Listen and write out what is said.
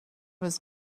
was